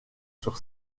sur